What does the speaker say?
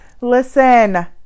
listen